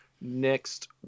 next